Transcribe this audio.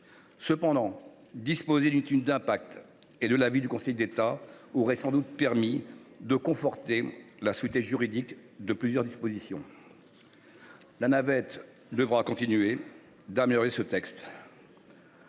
Cependant, disposer d’une étude d’impact et de l’avis du Conseil d’État aurait sans doute permis de conforter la solidité juridique de plusieurs dispositions. La navette devra continuer d’améliorer le texte.